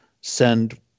send